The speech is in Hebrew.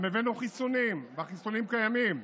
גם הבאנו חיסונים, החיסונים קיימים.